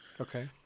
Okay